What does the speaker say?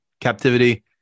captivity